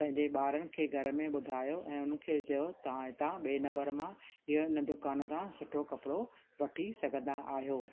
पंहिंजे ॿारनि खे घर में ॿुधायो ऐं उननि खे चयो तव्हां हितां ॿिए नंबर मां इहो इन दुकान तां सुठो कपिड़ो वठी सघंदा आहियो